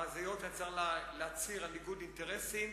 היות שצריך להצהיר על ניגוד אינטרסים,